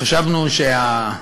חשבנו שה,